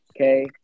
okay